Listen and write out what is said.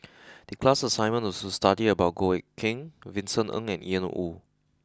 the class assignment was to study about Goh Eck Kheng Vincent Ng and Ian Woo